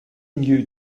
new